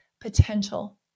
potential